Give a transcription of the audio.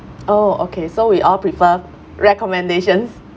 oh okay so we all prefer recommendations